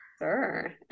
Sure